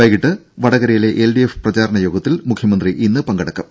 വൈകീട്ട് വടകരയിലെ എൽഡിഎഫ് പ്രചാരണ യോഗത്തിൽ മുഖ്യമന്ത്രി പങ്കെടുക്കും